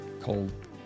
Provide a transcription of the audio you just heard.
cold